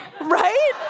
Right